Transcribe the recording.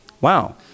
Wow